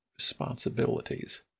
responsibilities